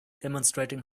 demonstrating